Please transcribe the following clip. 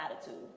attitude